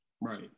Right